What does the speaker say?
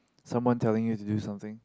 someone telling you to do something